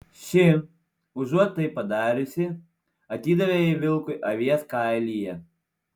ši užuot tai padariusi atidavė jį vilkui avies kailyje